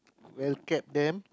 well kept them